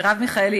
מרב מיכאלי,